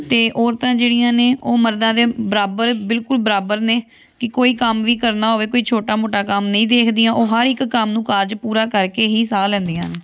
ਅਤੇ ਔਰਤਾਂ ਜਿਹੜੀਆਂ ਨੇ ਉਹ ਮਰਦਾਂ ਦੇ ਬਰਾਬਰ ਬਿਲਕੁਲ ਬਰਾਬਰ ਨੇ ਕਿ ਕੋਈ ਕੰਮ ਵੀ ਕਰਨਾ ਹੋਵੇ ਕੋਈ ਛੋਟਾ ਮੋਟਾ ਕੰਮ ਨਹੀਂ ਦੇਖਦੀਆਂ ਉਹ ਹਰ ਇੱਕ ਕੰਮ ਨੂੰ ਕਾਰਜ ਪੂਰਾ ਕਰਕੇ ਹੀ ਸਾਹ ਲੈਂਦੀਆਂ ਹਨ